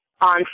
on